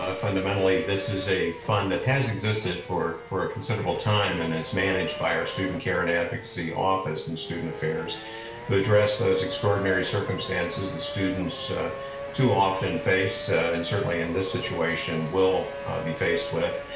um fundamentally, this is a fund that has existed for for a considerable time and is managed by our student care and advocacy office in student affairs who address those extraordinary circumstances that students too often face and certainly in this situation will be faced with.